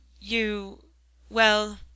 you—well